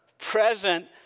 Present